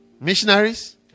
missionaries